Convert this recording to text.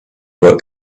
work